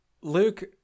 Luke